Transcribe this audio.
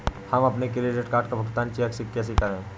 हम अपने credit card का भुगतान चेक से कैसे करें?